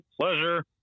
pleasure